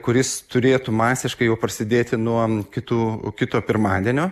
kuris turėtų masiškai jau prasidėti nuo kitų kito pirmadienio